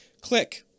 Click